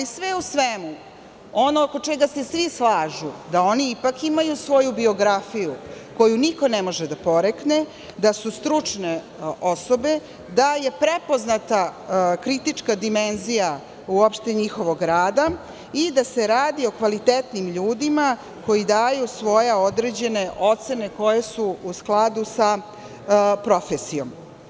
Sve u svemu, ono oko čega se svi slažu jeste da oni ipak imaju svoju biografiju koju niko ne može da porekne, da su stručne osobe, da je prepoznata kritička dimenzija uopšte njihovog rada i da se radi o kvalitetnim ljudima koji daju svoje određene ocene koje su u skladu sa profesijom.